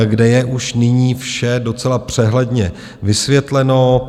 , kde je už nyní vše docela přehledně vysvětleno.